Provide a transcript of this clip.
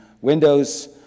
Windows